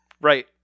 Right